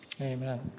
Amen